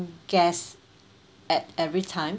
guests at every time